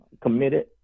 committed